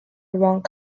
wrong